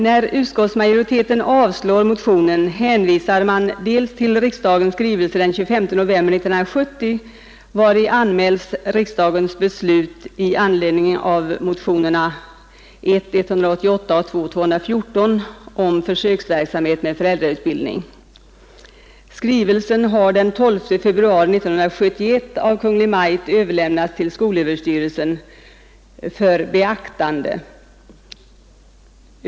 När utskottsmajoriteten avstyrker motionen hänvisar man till riksdagens skrivelse den 25 november 1970 vari anmälts beslut i anledning av motionerna 1:188 och II:214 om försöksverksamhet med föräldrautbildning. Skrivelsen har den 12 februari 1971 av Kungl. Maj:t överlämnats till skolöverstyrelsen för beaktande.